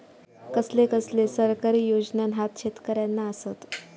कसले कसले सरकारी योजना न्हान शेतकऱ्यांना आसत?